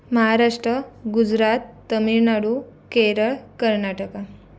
Maharashtra Gujarat Tamil Nadu Kerala Karnataka